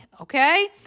okay